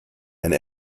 and